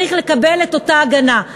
יקבל את אותה הגנה.